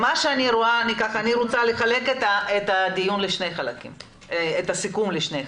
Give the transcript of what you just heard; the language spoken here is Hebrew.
אני רוצה לחלק את הסיכום לשני חלקים: